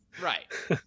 Right